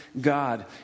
God